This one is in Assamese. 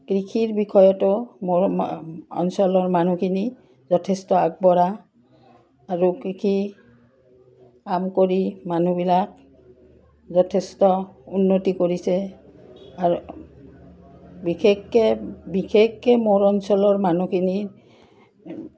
কৃষিৰ বিষয়তো মোৰ অঞ্চলৰ মানুহখিনি যথেষ্ট আগবঢ়া আৰু কৃষি কাম কৰি মানুহবিলাক যথেষ্ট উন্নতি কৰিছে আৰু বিশেষকৈ বিশেষকৈ মোৰ অঞ্চলৰ মানুহখিনি